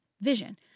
vision